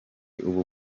ubu